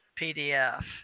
PDF